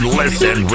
listen